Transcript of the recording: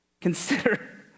Consider